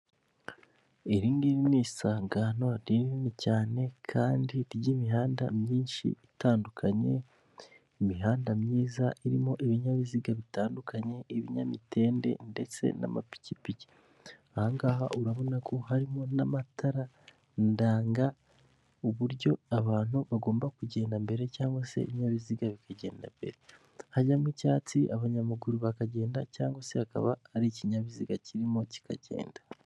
Iri ngiri ni isangano rinini cyane kandi ry'imihanda myinshi itandukanye imihanda myiza irimo ibinyabiziga bitandukanye ibinyamitende ndetse n'amapikipiki ahangaha urabona ko harimo n'amatara ndanga ,uburyo abantu bagomba kugenda mbere cyangwa se ibinyabiziga bikagenda mbere hajyamo icyatsi abanyamaguru bakagenda cyangwa se hakaba ari ikinyabiziga kirimo kikagenda .